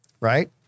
right